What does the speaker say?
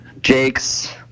Jake's